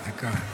בבקשה,